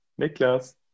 Niklas